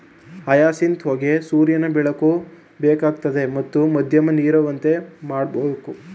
hyacinth ಹೂಗೆ ಸೂರ್ಯನ ಬೆಳಕು ಬೇಕಾಗ್ತದೆ ಮತ್ತು ಮಧ್ಯಮ ನೀರಿರುವಂತೆ ಮಾಡ್ಬೇಕು